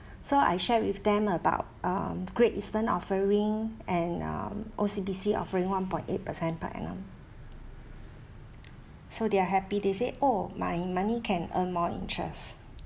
so I share with them about um great eastern offering and um O_C_B_C offering one point eight percent per annum so they're happy they say oh my money can earn more interest